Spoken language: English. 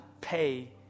pay